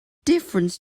difference